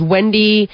Wendy